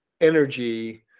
energy